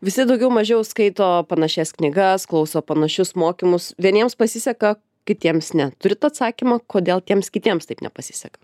visi daugiau mažiau skaito panašias knygas klauso panašius mokymus vieniems pasiseka kitiems ne turit atsakymą kodėl tiems kitiems taip nepasiseka